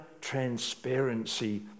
transparency